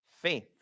faith